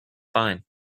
fine